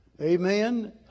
amen